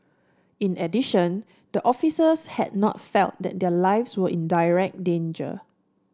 in addition the officers had not felt that their lives were in direct danger